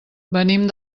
venim